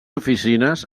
oficines